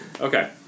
Okay